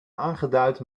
aangeduid